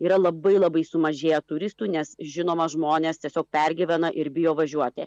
yra labai labai sumažėję turistų nes žinoma žmonės tiesiog pergyvena ir bijo važiuoti